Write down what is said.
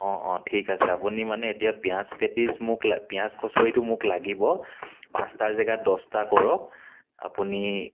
অঁ অঁ ঠিক আছে আপুনি মানে এতিয়া পিঁয়াজ পেটিছ মোক লাগ পিঁয়াজ কচুৰিটো মোক লাগিব পাঁচটাৰ জেগাত দহটা কৰক আপুনি